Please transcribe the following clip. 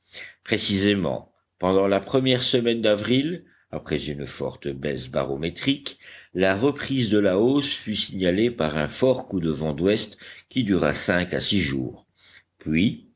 précisément pendant la première semaine d'avril après une forte baisse barométrique la reprise de la hausse fut signalée par un fort coup de vent d'ouest qui dura cinq à six jours puis